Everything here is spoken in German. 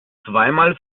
zweimal